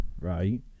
right